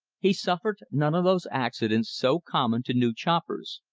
he suffered none of those accidents so common to new choppers.